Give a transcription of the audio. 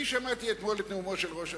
אני שמעתי אתמול את נאומו של ראש הממשלה,